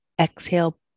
Exhale